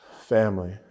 Family